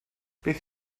beth